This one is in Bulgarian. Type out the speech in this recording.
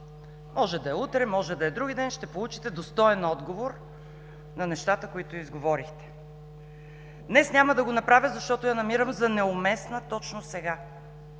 Може да е утре, може да е вдругиден, ще получите достоен отговор на нещата, които изговорихте. Днес няма да го направя, защото я намирам за неуместна точно сега.